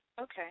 Okay